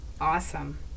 Awesome